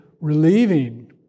relieving